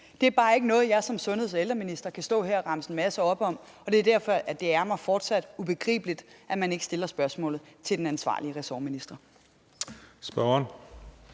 Det er bare ikke noget, jeg som sundheds- og ældreminister kan stå her og remse en masse op om. Det er derfor, det fortsat er mig ubegribeligt, at man ikke stiller spørgsmålet til den ansvarlige ressortminister.